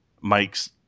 Mike's